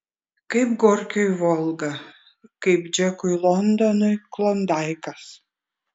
kaip gorkiui volga kaip džekui londonui klondaikas